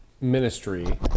Ministry